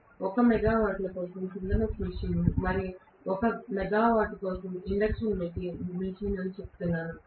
కాబట్టి 1 మెగావాట్ల synchronous machine మరియు 1 మెగావాట్ ఇండక్షన్ మెషిన్ అని నేను చెప్తున్నాను